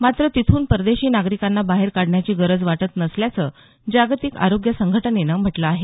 मात्र तिथून परदेशी नागरिकांना बाहेर काढण्याची गरज वाटत नसल्याचं जागतिक आरोग्य संघटनेनं म्हटलं आहे